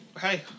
Hey